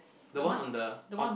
the one on the on